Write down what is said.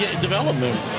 development